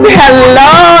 hello